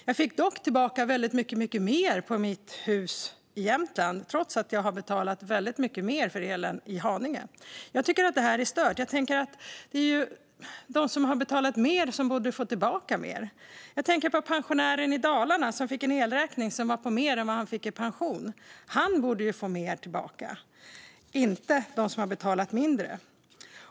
Jag fick dock tillbaka väldigt mycket mer för mitt hus i Jämtland, trots att jag betalat mycket mer för elen i Haninge. Jag tycker att detta är stört - det är ju de som har betalat mer som borde få tillbaka mer. Jag tänker på pensionären i Dalarna som fick en elräkning som var större än hans pension. Han borde få mer tillbaka, inte de som har betalat mindre.